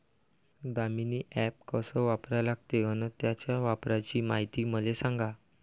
Damini app कस वापरा लागते? अन त्याच्या वापराची मायती मले सांगा